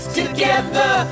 together